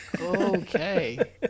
Okay